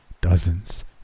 Dozens